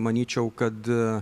manyčiau kad